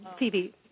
TV